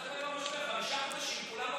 זאת החוכמה גם, אתה רוצה לשמוע משהו פרקטי, נכון?